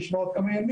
יש לך עוד כמה ימים,